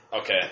Okay